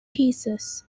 pieces